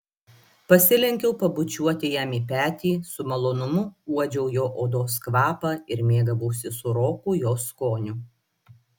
pasilenkiau pabučiuoti jam į petį su malonumu uodžiau jo odos kvapą ir mėgavausi sūroku jos skoniu